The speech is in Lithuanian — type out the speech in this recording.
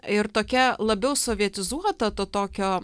ir tokia labiau sovietizuota to tokio